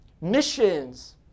missions